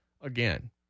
again